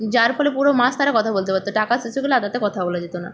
যার ফলে পুরো মাস তারা কথা বলতে পারত টাকা শেষ হয়ে গেলে আর তাতে কথা বলা যেত না